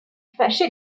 fâché